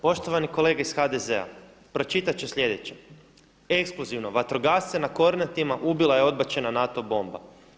Poštovani kolege iz HDZ-a, pročitati ću sljedeće: Ekskluzivno, vatrogasce na Kornatima ubila je odbačena NATO bomba.